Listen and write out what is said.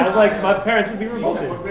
like my parents would be revolted.